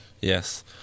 Yes